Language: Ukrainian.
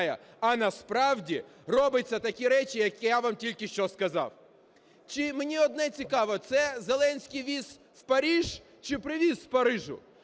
а насправді робляться такі речі, як я вам тільки що сказав. Мені одне цікаво: це Зеленський віз в Париж чи привіз з Парижу?